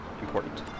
important